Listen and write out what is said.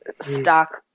stock